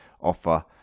offer